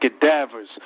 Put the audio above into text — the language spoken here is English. Cadavers